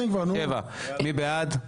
120, מי בעד?